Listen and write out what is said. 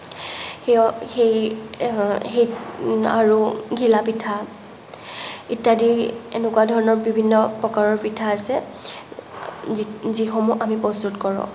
সিয় সেই সেই আৰু ঘিলা পিঠা ইত্যাদি এনেকুৱা ধৰণৰ বিভিন্ন প্ৰকাৰৰ পিঠা আছে যি যিসমূহ আমি প্ৰস্তুত কৰোঁ